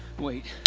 wait.